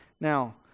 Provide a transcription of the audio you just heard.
Now